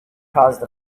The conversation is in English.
caused